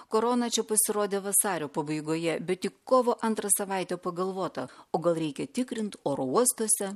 korona čia pasirodė vasario pabaigoje bet tik kovo antrą savaitę pagalvota o gal reikia tikrint oro uostuose